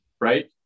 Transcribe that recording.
right